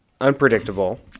unpredictable